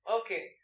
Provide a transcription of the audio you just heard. Okay